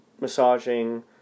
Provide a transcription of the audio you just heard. massaging